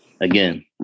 again